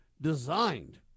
designed